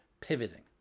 pivoting